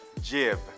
Jib